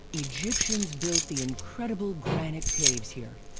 egyptians built the incredible granite caves here.